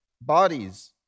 bodies